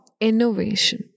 innovation